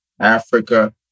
Africa